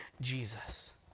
Jesus